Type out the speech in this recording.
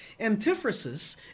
Antiphrasis